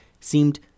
seemed